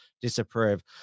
disapprove